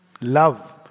love